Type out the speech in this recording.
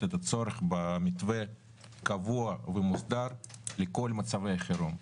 את הצורך במתווה קבוע ומוסדר לכל מצבי החירום.